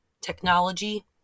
technology